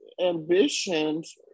ambitions